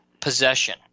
possession